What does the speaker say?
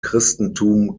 christentum